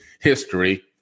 history